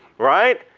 right?